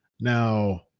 Now